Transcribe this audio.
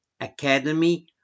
Academy